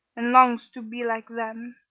and longs to be like them.